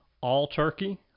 all-turkey